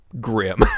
grim